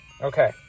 Okay